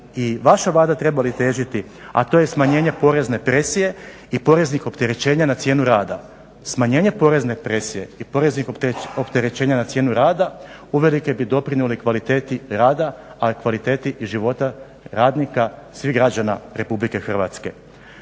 vaša Vlada trebali težiti a to je smanjenje porezne presije i poreznih opterećenja na cijenu rada. Smanjenje porezne presije i poreznih opterećenja na cijenu rada uvelike bi doprinijeli kvaliteti rada ali i kvaliteti i života radnika, svih građana RH. Ovaj